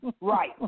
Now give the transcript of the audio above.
Right